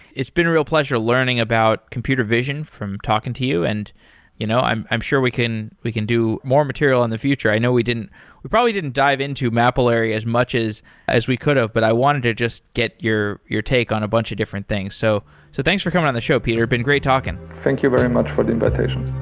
it's been a real pleasure learning about computer vision from talking to you. and you know i'm i'm sure we can we can do more material in the future. i know we didn't we probably didn't dive into mapillary as much as as we could have, but i wanted to just get your your take on a bunch of different things. so so thanks for coming on the show, peter. been great talking thank you very much for the invitation